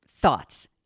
thoughts